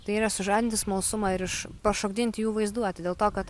tai yra sužadinti smalsumą ir iš pašokdinti jų vaizduotę dėl to kad